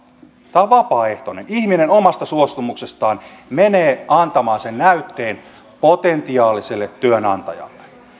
tämä on vapaaehtoinen ihminen omasta suostumuksestaan menee antamaan sen näytteen potentiaaliselle työnantajalle